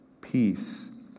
peace